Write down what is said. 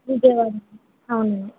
విజయవాడ అవునండి